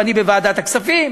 ואני בוועדת הכספים.